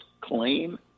claim